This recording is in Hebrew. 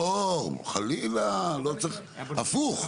לא, חלילה, הפוך.